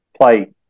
play